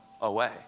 away